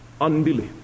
Unbelief